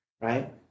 right